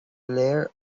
léir